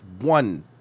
one